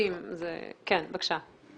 --- אני